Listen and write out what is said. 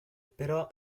però